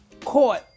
caught